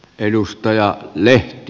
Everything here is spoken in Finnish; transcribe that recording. edustaja lehti